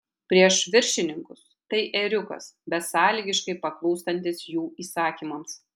prieš viršininkus tai ėriukas besąlygiškai paklūstantis jų įsakymams